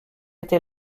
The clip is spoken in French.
était